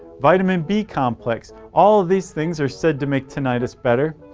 vitamin b complex, all these things are said to make tinnitus better.